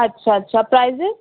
اچھا اچھا پرائزز